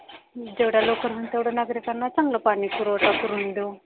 जेवढ्या लवकर होईल तेवढं नागरिकांना चांगलं पाणीपुरवठा करून देऊ